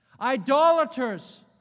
idolaters